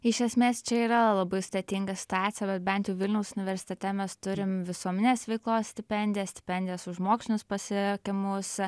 iš esmės čia yra labai sudėtinga situacija bent jau vilniaus universitete mes turim visuomeninės veiklos stipendiją stipendijas už mokslinius pasiekimus